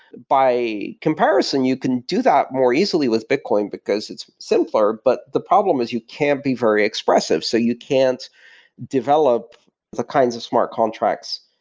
by comparison, you can do that more easily with bitcoin, because it's simpler, but the problem is you can't be very expressive. so you can't develop the kinds of smart contracts,